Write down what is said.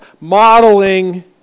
modeling